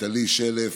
נטלי שלף,